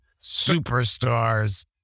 superstars